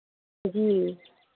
जी